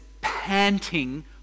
panting